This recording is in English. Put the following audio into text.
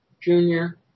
Junior